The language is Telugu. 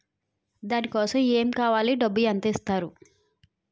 దాని కోసం ఎమ్ కావాలి డబ్బు ఎంత ఇస్తారు?